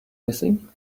missing